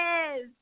Yes